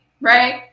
right